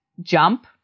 jump